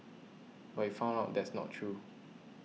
but we found out that's not true